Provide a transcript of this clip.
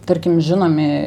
tarkim žinomi